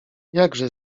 jakże